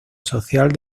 social